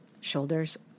shoulders